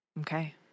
okay